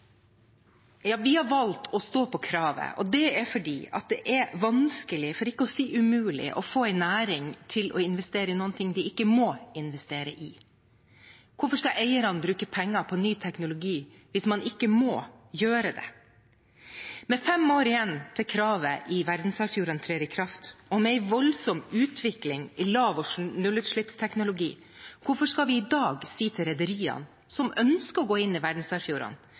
det er vanskelig, for ikke å si umulig, å få en næring til å investere i noe de ikke må investere i: Hvorfor skal eierne bruke penger på ny teknologi hvis man ikke må gjøre det? Med fem år igjen til kravet i verdensarvfjordene trer i kraft, og med en voldsom utvikling i lav- og nullutslippsteknologi, hvorfor skal vi i dag si til rederiene som ønsker å gå inn i